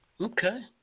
Okay